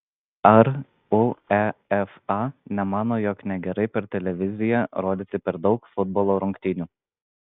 ar uefa nemano jog negerai per televiziją rodyti per daug futbolo rungtynių